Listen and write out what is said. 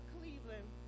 Cleveland